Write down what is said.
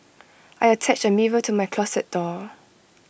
I attached A mirror to my closet door